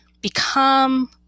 become